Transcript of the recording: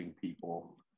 people